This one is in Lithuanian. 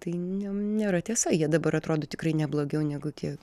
tai ne nėra tiesa jie dabar atrodo tikrai ne blogiau negu tie